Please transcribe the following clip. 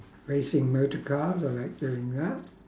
racing motorcars I like doing that